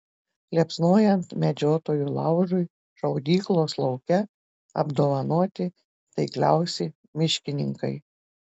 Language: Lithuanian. liepsnojant medžiotojų laužui šaudyklos lauke apdovanoti taikliausi miškininkai